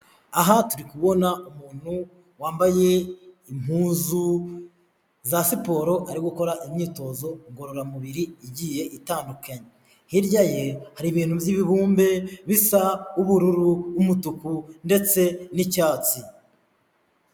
Aha turi kubona umuntu wambaye impuzu za siporo ari gukora imyitozo ngororamubiri igiye itandukanye, hirya ye hari ibintu by'ibibumbe bisa ubururu, umutuku ndetse n'icyatsi.